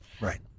Right